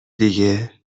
دیگه